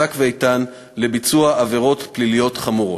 מוצק ואיתן לביצוע עבירות פליליות חמורות.